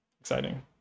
exciting